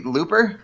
Looper